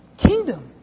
Kingdom